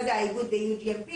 לגבי ה-GACP